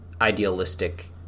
idealistic